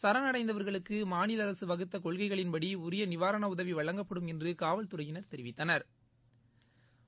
சரணடைந்தவர்களுக்கு மாநில அரசு வகுத்த கொள்கைகளின்படி உரிய நிவாரண உதவி வழங்கப்படும் என்று காவல்துறையினா் தெரிவித்தனா்